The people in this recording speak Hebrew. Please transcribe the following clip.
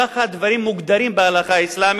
כך הדברים מוגדרים בהלכה האסלאמית,